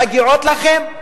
מגיעות לכם.